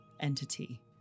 entity